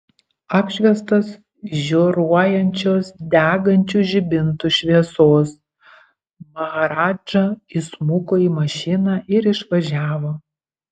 apšviestas žioruojančios degančių žibintų šviesos maharadža įsmuko į mašiną ir išvažiavo